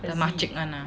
the makcik [one] ah